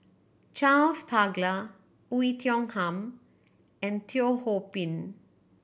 Charles Paglar Oei Tiong Ham and Teo Ho Pin